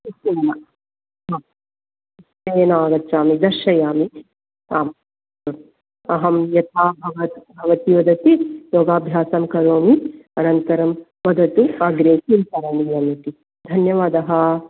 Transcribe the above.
निश्चयेन हा निश्चयेन आगच्छामि दर्शयामि आं अहं यथा भव भवती वदति योगाभ्यासं करोमि अनन्तरं वदतु अग्रे किं करणीयमिति धन्यवादः